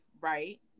right